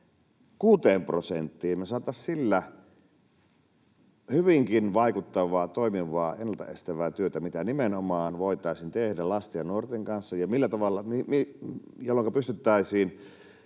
6 prosenttiin, me saataisiin sillä hyvinkin vaikuttavaa, toimivaa, ennalta estävää työtä, mitä nimenomaan voitaisiin tehdä lasten ja nuorten kanssa, jolloinka pystyttäisiin